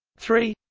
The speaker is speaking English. three